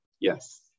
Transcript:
Yes